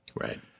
Right